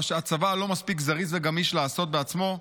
מה שהצבא לא מספיק זריז וגמיש לעשות בעצמו.